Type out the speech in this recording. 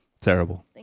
Terrible